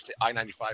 I-95